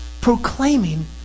proclaiming